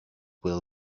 will